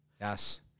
Yes